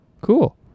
cool